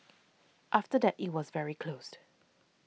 after that it was very closed